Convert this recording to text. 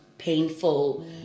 painful